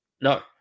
No